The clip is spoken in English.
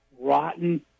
rotten